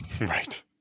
Right